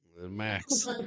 Max